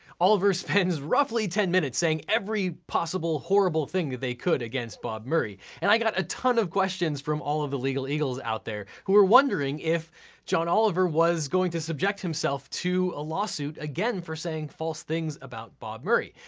oliver spends roughly ten minutes saying every possible horrible thing that they could against bob murray. and i get a ton of questions from all of the legal eagles out there who were wondering if john oliver was going to subject himself to a lawsuit again for saying false things about bob murray.